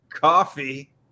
coffee